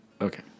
Okay